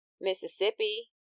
mississippi